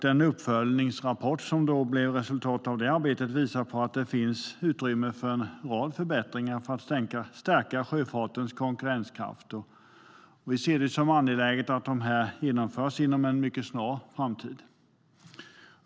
Den uppföljningsrapport som blev resultatet av det arbetet visar på att det finns utrymme för en rad förbättringar för att stärka sjöfartens konkurrenskraft. Vi ser det som angeläget att de genomförs inom en mycket snar framtid.